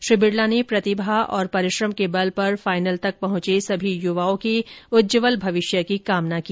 श्री बिडला ने प्रतिभा और परिश्रम के बल पर फाइनल तक पहुंचे सभी युवाओं के उज्ज्वल भविष्य की कामना की